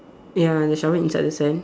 ya the shovel inside the sand